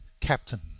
captain